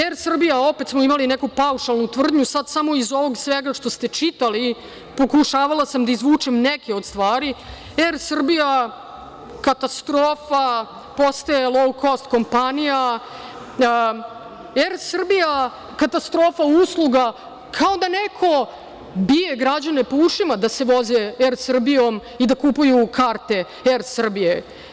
Er Srbija“, opet smo imali neku paušalnu tvrdnju, sad samo iz svega ovoga što ste čitali pokušavala sam da izvučem neke od stvari, „Er Srbija“ katastrofa, postaje lou kost kompanija, „Er Srbija“ katastrofa usluga, kao da neko bije građane po ušima da se voze „Er Srbijom“ i da kupuju karte „Er Srbije“